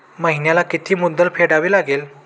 महिन्याला किती मुद्दल फेडावी लागेल?